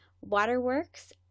Waterworks